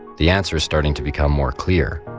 the answer is starting to become more clear.